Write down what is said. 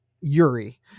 Yuri